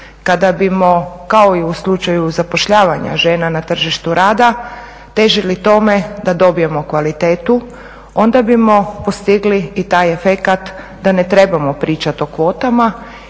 Kada bismo kao i u slučaju zapošljavanja žena na tržištu rada težili tome da dobijemo kvalitetu onda bismo postigli i taj efekat da ne trebao pričat o kvotama